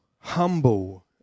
humble